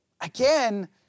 again